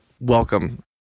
welcome